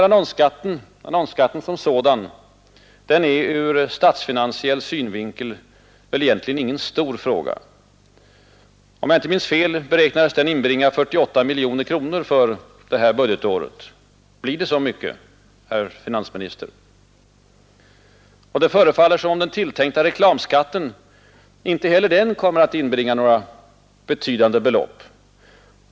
Annonsskatten som sådan är väl ur statsfinansiell synvinkel egentligen ingen stor fråga. Om jag inte minns fel beräknas den inbringa 48 miljoner kronor för det här budgetåret. Blir det så mycket, herr finansminister? Och det förefaller som om den tilltänkta reklamskatten inte heller den kommer att inbringa några betydande belopp.